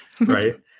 right